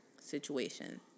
situation